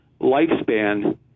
lifespan